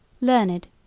learned